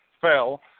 Fell